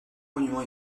monument